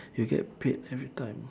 you get paid every time